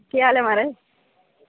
केह् हाल ऐ म्हाराज